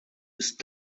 ist